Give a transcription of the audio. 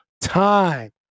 time